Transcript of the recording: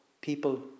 people